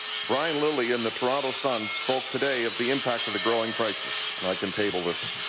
brian lily and the toronto sun spoke today of the impact of the growing crisis. and i can table this.